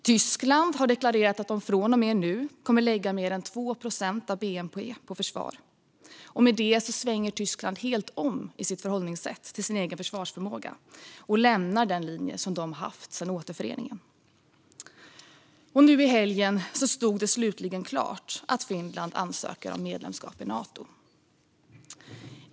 Tyskland har deklarerat att de från och med nu kommer att lägga mer än 2 procent av bnp på försvar. Med det svänger Tyskland helt om i sitt förhållningssätt till sin egen försvarsförmåga och lämnar den linje de haft sedan återföreningen. Nu i helgen stod det slutligen klart att Finland ansöker om medlemskap i Nato.